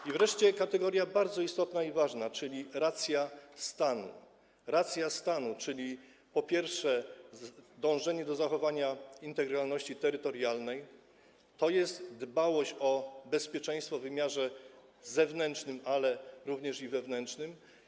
I wreszcie kategoria bardzo istotna i ważna, czyli racja stanu, racja stanu, a więc przede wszystkim dążenie do zachowania integralności terytorialnej, dbałość o bezpieczeństwo w wymiarze zewnętrznym, ale również wewnętrznym.